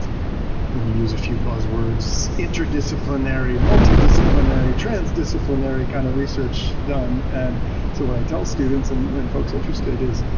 let me use a few buzz words interdisciplinary, multidisciplinary, transdisciplinary kind of research done. and so what i tell students and and folks interested is,